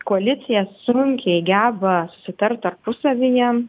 koalicija sunkiai geba sutart tarpusavyje